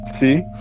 See